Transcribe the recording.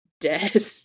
dead